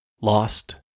lost